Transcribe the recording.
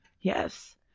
Yes